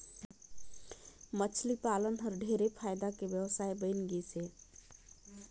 मछरी पालन हर ढेरे फायदा के बेवसाय बन गइस हे